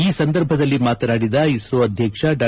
ಈ ಸಂದರ್ಭದಲ್ಲಿ ಮಾತನಾಡಿದ ಇಸ್ರೋ ಅಧ್ಯಕ್ಷ ಡಾ